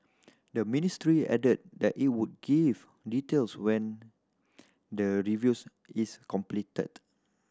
the ministry added that it would give details when the reviews is completed